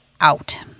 out